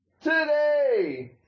Today